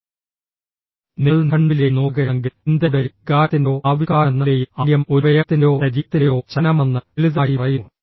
നിങ്ങൾ നിഘണ്ടുവിലേക്ക് നോക്കുകയാണെങ്കിൽ ചിന്തയുടെയോ വികാരത്തിന്റെയോ ആവിഷ്കാരമെന്ന നിലയിൽ ആംഗ്യം ഒരു അവയവത്തിൻ്റെയോ ശരീരത്തിൻ്റെയോ ചലനമാണെന്ന് ലളിതമായി പറയുന്നു